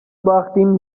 باختیم